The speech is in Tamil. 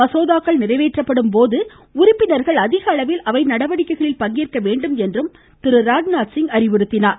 மசோதாக்கள் நிறைவேற்றப்படும் போது உறுப்பினர்கள் அதிகளவில் அவை நடவடிக்கைகளில் பங்கேற்க வேண்டும் என்றும் அமைச்சர் அறிவுறுத்தினார்